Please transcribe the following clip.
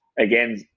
again